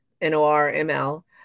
N-O-R-M-L